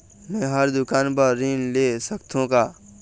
मैं हर दुकान बर ऋण ले सकथों का?